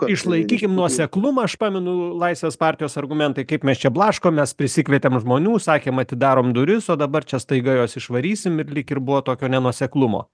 išlaikykim nuoseklumą aš pamenu laisvės partijos argumentai kaip mes čia blaškomės prisikvietėm žmonių sakėm atidarom duris o dabar čia staiga juos išvarysim ir lyg ir buvo tokio nenuoseklumo